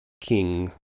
King